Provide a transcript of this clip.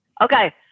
Okay